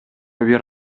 бир